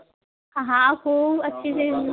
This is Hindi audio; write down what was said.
हाँ खूब अच्छे से